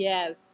Yes